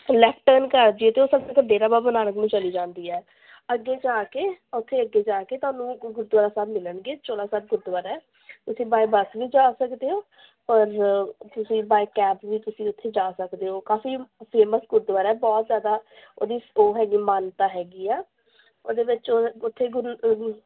left turn ਕਰ ਜਾਈਏ ਅਤੇ ਉਹ ਡੇਰਾ ਬਾਬਾ ਨਾਨਕ ਨੂੰ ਚਲੀ ਜਾਂਦੀ ਹੈ ਅੱਗੇ ਜਾ ਕੇ ਉੱਥੇ ਅੱਗੇ ਜਾ ਕੇ ਤੁਹਾਨੂੰ ਗੁਰਦੁਆਰਾ ਸਾਹਿਬ ਮਿਲਣਗੇ ਚੋਲਾ ਸਾਹਿਬ ਗੁਰਦੁਆਰਾ ਉੱਥੇ ਬਾਏ ਬੱਸ ਵੀ ਜਾ ਸਕਦੇ ਹੋ ਔਰ ਤੁਸੀਂ ਬਾਏ ਕੈਬ ਵੀ ਤੁਸੀਂ ਉੱਥੇ ਜਾ ਸਕਦੇ ਹੋ ਕਾਫ਼ੀ ਫੇਮਸ ਗੁਰਦੁਆਰਾ ਬਹੁਤ ਜ਼ਿਆਦਾ ਉਹਦੀ ਉਹ ਹੈਗੀ ਮਾਨਤਾ ਹੈਗੀ ਆ ਉਹਦੇ ਵਿੱਚ ਉੱਥੇ ਗੁਰੂ